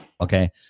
Okay